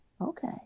Okay